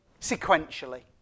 sequentially